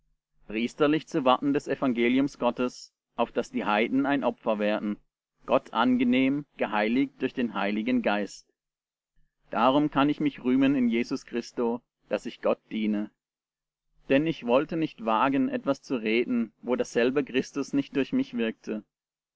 priesterlich zu warten des evangeliums gottes auf daß die heiden ein opfer werden gott angenehm geheiligt durch den heiligen geist darum kann ich mich rühmen in jesus christo daß ich gott diene denn ich wollte nicht wagen etwas zu reden wo dasselbe christus nicht durch mich wirkte